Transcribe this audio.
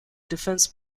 defense